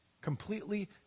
completely